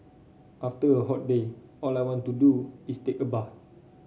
after a hot day all I want to do is take a bath